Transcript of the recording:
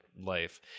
life